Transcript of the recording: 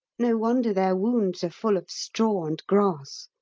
no wonder their wounds are full of straw and grass.